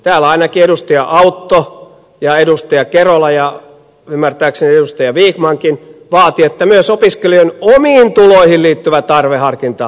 täällä ainakin edustaja autto ja edustaja kerola ja ymmärtääkseni edustaja vikmankin vaativat että myös opiskelijan omiin tuloihin liittyvä tarveharkinta pitäisi lopettaa